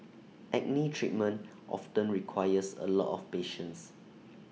acne treatment often requires A lot of patience